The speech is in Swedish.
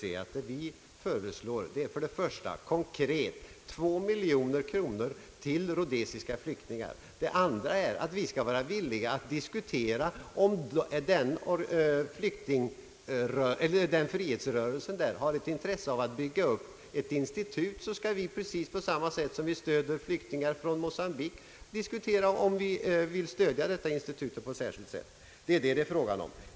Då får herr Björk se att vårt förslag innebär för det första att vi konkret bör anslå två miljoner kronor till rhodesiska flyktingar och för det andra att vi bör diskutera huruvida vi — precis som vi stöder flyktingar från Mocambique — skall stödja ett institut för frihetsrörelsen i Rhodesia. Det är detta frågan gäller.